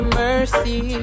mercy